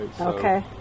Okay